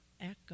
echo